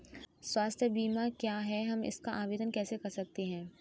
स्वास्थ्य बीमा क्या है हम इसका आवेदन कैसे कर सकते हैं?